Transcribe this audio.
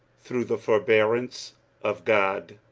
through the forbearance of god